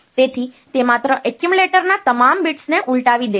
તેથી તે માત્ર એક્યુમ્યુલેટરના તમામ બિટ્સને ઉલટાવી દેશે